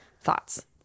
Thoughts